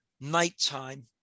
nighttime